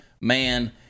man